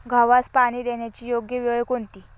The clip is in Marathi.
गव्हास पाणी देण्याची योग्य वेळ कोणती?